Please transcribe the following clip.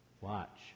watch